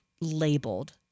labeled